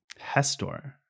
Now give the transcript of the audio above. Hestor